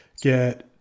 get